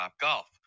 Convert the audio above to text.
golf